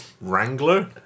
wrangler